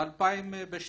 ב-2002